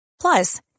plus